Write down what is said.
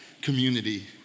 community